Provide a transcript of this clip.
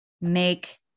Make